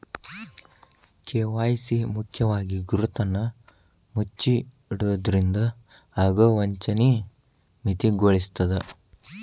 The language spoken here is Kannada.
ಕೆ.ವಾಯ್.ಸಿ ಮುಖ್ಯವಾಗಿ ಗುರುತನ್ನ ಮುಚ್ಚಿಡೊದ್ರಿಂದ ಆಗೊ ವಂಚನಿ ಮಿತಿಗೊಳಿಸ್ತದ